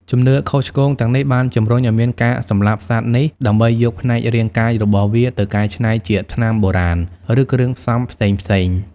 ជំនឿខុសឆ្គងទាំងនេះបានជំរុញឲ្យមានការសម្លាប់សត្វនេះដើម្បីយកផ្នែករាងកាយរបស់វាទៅកែច្នៃជាថ្នាំបុរាណ ឬគ្រឿងផ្សំផ្សេងៗ។